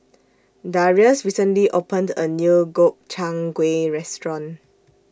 Darius recently opened A New Gobchang Gui Restaurant